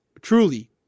truly